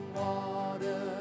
water